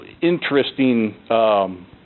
interesting